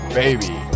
baby